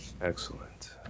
Excellent